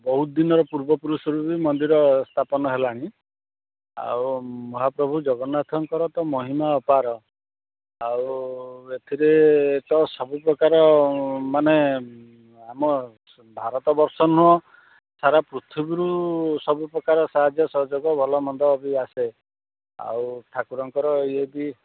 ବହୁତ ଦିନର ପୂର୍ବ ପୁରୁଷରୁ ବି ମନ୍ଦିର ସ୍ଥାପନ ହେଲାଣି ଆଉ ମହାପ୍ରଭୁ ଜଗନ୍ନାଥଙ୍କର ତ ମହିମା ଅପାର ଆଉ ଏଥିରେ ତ ସବୁପ୍ରକାର ମାନେ ଆମ ଭାରତବର୍ଷ ନୁହଁ ସାରା ପୃଥିବୀରୁ ସବୁପ୍ରକାର ସାହାଯ୍ୟ ସହଯୋଗ ଭଲମନ୍ଦ ବି ଆସେ ଆଉ ଠାକୁରଙ୍କର ଇଏ କି